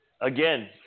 Again